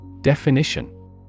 Definition